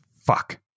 fuck